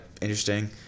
interesting